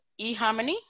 eHarmony